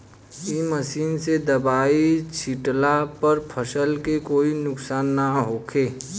ए machine से दवाई छिटला पर फसल के कोई नुकसान ना होखे